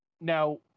Now